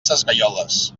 sesgueioles